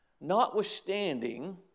Notwithstanding